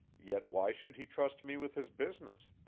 yet why should he trust me with his business?